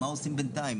מה עושים בינתיים.